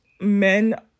men